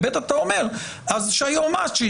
ודבר שני אתה אומר שהיועצת המשפטית